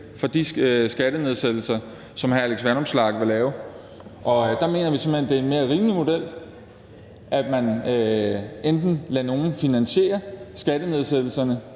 for de skattenedsættelser, som hr. Alex Vanopslagh vil lave. Der mener vi simpelt hen, det er en mere rimelig model, at man enten lader nogle finansiere den ligeløn,